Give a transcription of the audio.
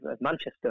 Manchester